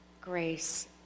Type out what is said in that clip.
grace